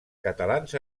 catalans